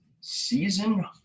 Season